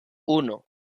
uno